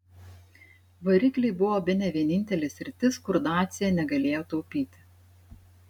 varikliai buvo bene vienintelė sritis kur dacia negalėjo taupyti